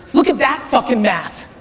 look at that fuckin' math.